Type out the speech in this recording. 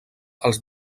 als